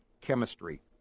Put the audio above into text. chemistry